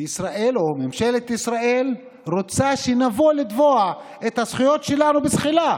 ישראל או ממשלת ישראל רוצה שנבוא לתבוע את הזכויות שלנו בזחילה,